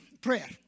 Prayer